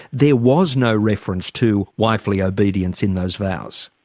there was no reference to wifely obedience in those vows.